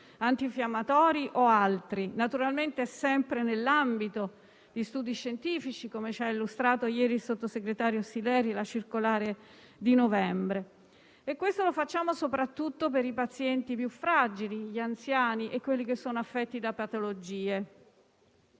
antinfiammatori o altri, naturalmente sempre nell'ambito di studi scientifici, come ci ha illustrato ieri il sottosegretario Sileri in riferimento alla circolare di novembre. E lo facciamo soprattutto per i pazienti più fragili, gli anziani e quelli affetti da patologie.